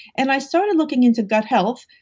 and i started looking into gut health,